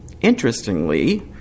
Interestingly